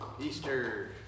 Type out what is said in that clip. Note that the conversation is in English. Easter